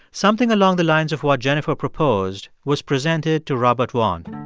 something along the lines of what jennifer proposed was presented to robert vaughn.